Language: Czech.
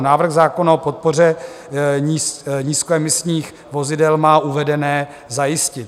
Návrh zákona o podpoře nízkoemisních vozidel má uvedené zajistit.